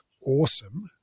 awesome